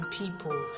people